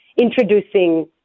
introducing